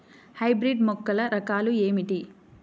Hybrid మొక్కల రకాలు ఏమిటీ?